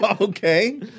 Okay